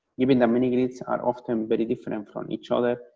given the mini-grids are often very different um from each other,